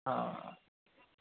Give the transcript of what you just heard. हा